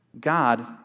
God